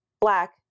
black